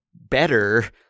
better